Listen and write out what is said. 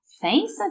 Thanks